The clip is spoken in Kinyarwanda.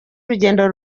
urugendo